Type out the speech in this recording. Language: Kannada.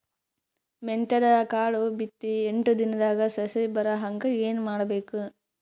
ಮೆಂತ್ಯದ ಕಾಳು ಬಿತ್ತಿ ಎಂಟು ದಿನದಾಗ ಸಸಿ ಬರಹಂಗ ಏನ ಮಾಡಬೇಕು?